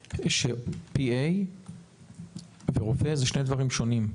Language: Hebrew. ש-PA ורופא זה שני מקצועות שונים.